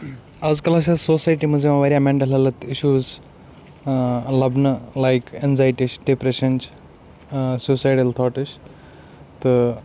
آز کَل ہسا چھِ سوسایٹی منٛز یِوان واریاہ مینٹل ہیٚلٕتھ اِشوٗز لَبنہٕ لایِک ایٚنزاٹی چھِ ڈِپریشن چھُ سیٚوسایڈَل تھاٹٕس تہٕ